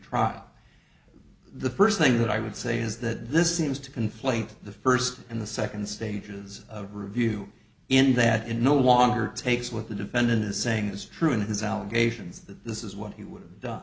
trial the first thing that i would say is that this seems to conflate the first and the second stages of review in that it no longer takes what the defendant is saying is true in his allegations that this is what he would have done